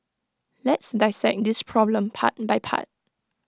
let's dissect this problem part by part